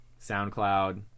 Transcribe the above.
soundcloud